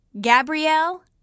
Gabrielle